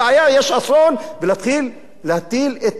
להתחיל להטיל את הקנס הזה של מע"מ?